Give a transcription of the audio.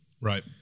Right